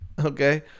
okay